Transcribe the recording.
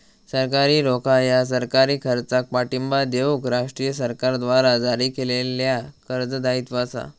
सरकारी रोखा ह्या सरकारी खर्चाक पाठिंबा देऊक राष्ट्रीय सरकारद्वारा जारी केलेल्या कर्ज दायित्व असा